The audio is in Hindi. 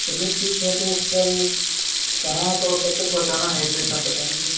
चलिए ठीक है तो कल कहाँ और कब तक पहुँचाना है एड्रेस सब बता दीजिए